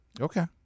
Okay